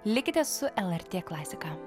likite su lrt klasika